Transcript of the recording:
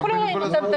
אנחנו לא רואים אותם.